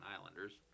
Islanders